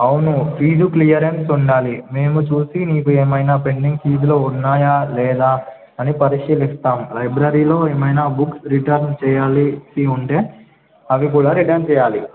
అవును fee clearance ఉండాలి మేము చూసి నీకు ఏమైనా పెండింగ్ ఫీజులు ఉన్నాయా లేదా అని పరిశీలిస్తాం లైబ్రరీలో ఏమైనా బుక్స్ రిటర్న్ చేయాలసి ఉంటే అవి కూడా రిటర్న్ చేయాలి